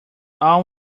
all